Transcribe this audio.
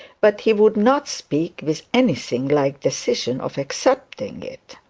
but he would not speak with anything like decision of accepting it.